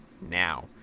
now